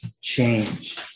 change